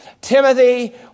Timothy